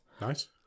Nice